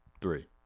Three